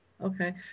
Okay